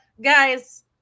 Guys